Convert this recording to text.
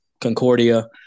Concordia